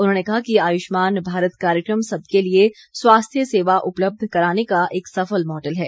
उन्होंने कहा कि आयुष्मान भारत कार्यक्रम सबके लिये स्वास्थ्य सेवा उपलब्ध कराने का एक सफल मॉडल है